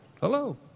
Hello